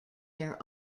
their